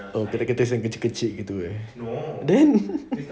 oh cactus cactus yang kecil-kecil gitu eh then